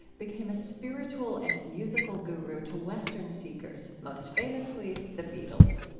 became a spiritual and musical guru to western seekers, most famously the beatles.